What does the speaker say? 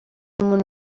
umuntu